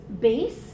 base